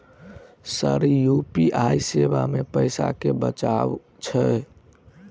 Sir UPI सेवा मे पैसा केँ बचाब छैय?